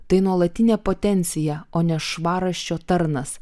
tai nuolatinė potencija o ne švarraščio tarnas